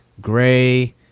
gray